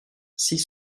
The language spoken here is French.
six